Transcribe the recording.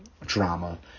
drama